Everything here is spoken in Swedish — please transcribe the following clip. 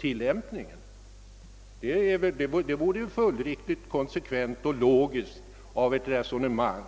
Det vore väl följdriktigt, konsekvent och logiskt att angripa